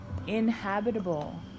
inhabitable